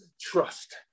trust